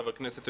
חבר הכנסת,